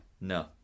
no